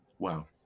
Wow